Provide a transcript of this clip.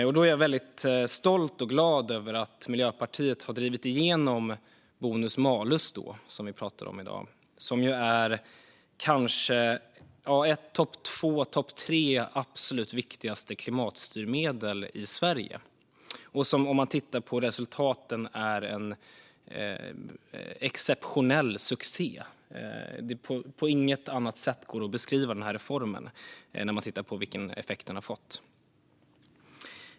Jag är väldigt stolt och glad över att Miljöpartiet har drivit igenom bonus malus, som vi pratar om i dag och som kanske är topp två eller topp tre bland de absolut viktigaste klimatstyrmedlen i Sverige. Sett till resultaten är det en exceptionell succé. Det går inte att beskriva reformen på något annat sätt när man tittar på vilken effekt den har fått.